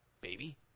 baby